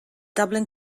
dublin